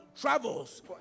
travels